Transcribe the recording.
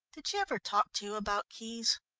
did she ever talk to you about keys?